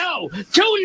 Two